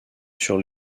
sur